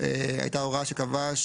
הייתה הוראה שקבעה